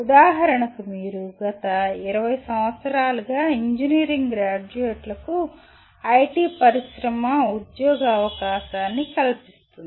ఉదాహరణకు మీరు గత 20 సంవత్సరాలుగా ఇంజనీరింగ్ గ్రాడ్యుయేట్లకు ఐటి పరిశ్రమ ఉద్యోగ అవకాశాన్ని కల్పిస్తుంది